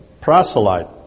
proselyte